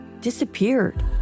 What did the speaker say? disappeared